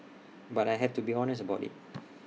but I have to be honest about IT